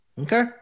Okay